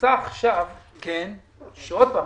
שמוצע עכשיו ושוב,